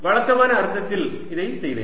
வழக்கமான அர்த்தத்தில் இதைச் செய்வேன்